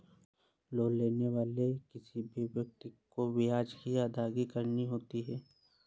loan लेने वाले किसी भी व्यक्ति को ब्याज की अदायगी करनी होती है